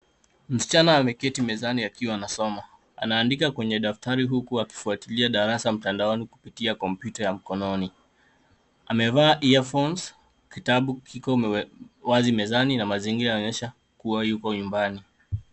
Msichana ameketi mezani akiwa anasoma. Anaandika kwenye daftari huku akifuatilia darasa mtandaoni kupitia kompyuta ya mkononi. Amevaa earphones ,kitabu kiko wazi mezani na mazingira yanaonyesha kuwa yuko nyumbani.